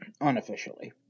unofficially